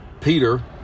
Peter